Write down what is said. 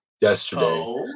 yesterday